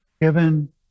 given